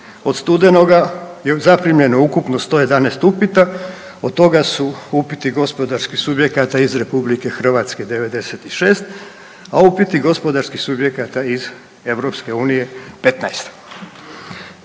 od studenoga zaprimljeno je ukupno 111 upita od toga su upiti gospodarskih subjekata iz RH 96, a upiti gospodarskih subjekata iz EU 15.